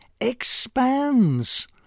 expands